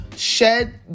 shed